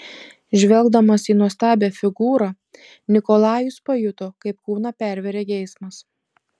žvelgdamas į nuostabią figūrą nikolajus pajuto kaip kūną pervėrė geismas